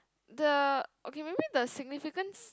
the okay maybe the significance